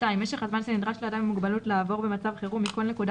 משך הזמן שנדרש לאדם עם מוגבלות לעבור במצב חירום מכל נקודה